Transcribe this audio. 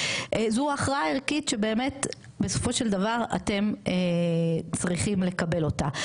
זו הכרעה ערכית שבאמת בסופו של דבר אתם צריכים לקבל אותה.